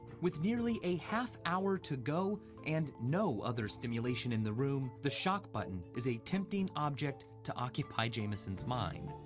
with like a half hour to go and no other stimulation in the room, the shock button is a tempting object to occupy jamison's mind.